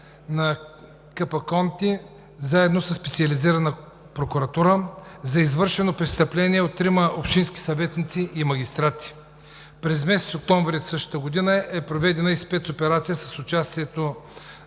на КПКОНПИ заедно със Специализираната прокуратура за извършено престъпление от трима общински съветници и магистрати. През месец октомври същата година е проведена и специализирана операция с участието